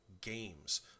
games